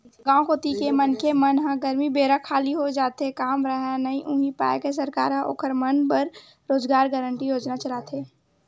गाँव कोती के मनखे मन ह गरमी बेरा खाली हो जाथे काम राहय नइ उहीं पाय के सरकार ह ओखर मन बर रोजगार गांरटी योजना चलाथे